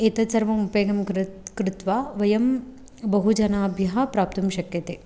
एतत् सर्वम् उपयोगं कृ कृत्वा वयं बहु जनाभ्यः प्राप्तुं शक्यते